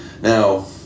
Now